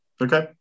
Okay